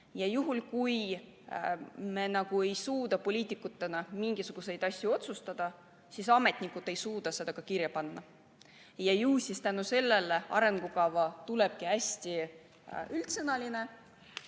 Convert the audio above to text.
Ja juhul kui me ei suuda poliitikutena mingisuguseid asju otsustada, siis ametnikud ei suuda seda ka kirja panna. Ja siis arengukava tulebki hästi üldsõnaline,